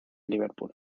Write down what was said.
liverpool